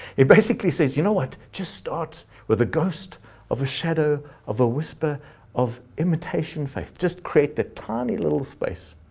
it basically says you know what, just start with a ghost of a shadow of a whisper of imitation faith, just create the tiny little space.